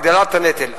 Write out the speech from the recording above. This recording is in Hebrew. הגדלת הנטל,